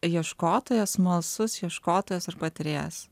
ieškotojas smalsus ieškotojas ar patirėjas